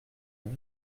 huit